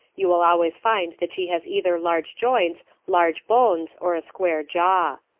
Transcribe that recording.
you will always find that she has either large joints, large bones or a square jaw.